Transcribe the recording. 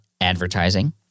advertising